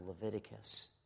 Leviticus